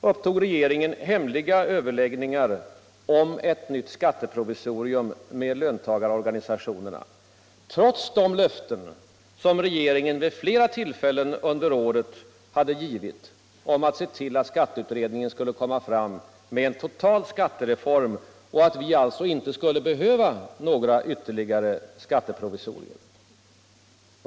upptog regeringen hemliga överläggningar om ett nytt skatteprovisorium med löntagarorganisationerna, trots de löften som regeringen vid flera tillfällen under året hade givit om att se till att skatteutredningen skulle lägga fram en total skattereform och att vi inte skulle behöva några ytterligare skatteprovisorier.